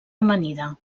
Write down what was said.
amanida